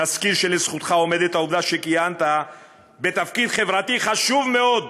נזכיר שלרשותך עומדת העובדה שכיהנת בתפקיד חברתי חשוב מאוד,